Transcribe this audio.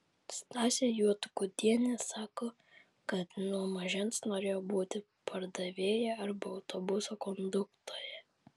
stasė juodgudienė sako kad nuo mažens norėjo būti pardavėja arba autobuso konduktore